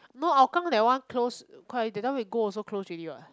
no hougang that one close quite that time we go also closed already what